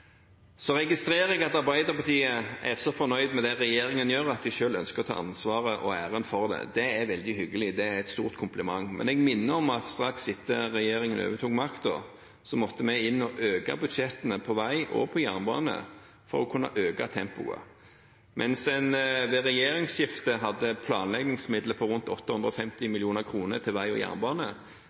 Så registrerer jeg at Arbeiderpartiet er så fornøyd med det regjeringen gjør, at de selv ønsker å ta ansvaret og æren for det. Det er veldig hyggelig og et stort kompliment, men jeg minner om at straks etter at regjeringen overtok makten, måtte vi inn og øke budsjettene på vei og jernbane for å kunne øke tempoet. Mens en ved regjeringsskiftet hadde planleggingsmidler på rundt 850 mill. kr til vei og jernbane,